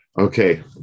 Okay